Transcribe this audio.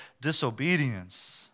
disobedience